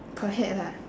per head ah